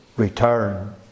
return